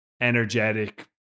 energetic